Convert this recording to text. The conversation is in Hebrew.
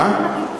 מה?